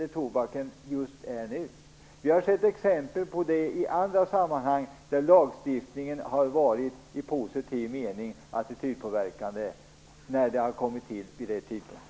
Vi har i andra sammanhang sett exempel på att lagstiftning vid rätt tidpunkt har varit attitydpåverkande i positiv mening.